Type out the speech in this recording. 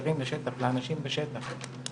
מקושרים לשטח לאנשים בשטח.